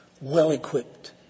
well-equipped